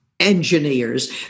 engineers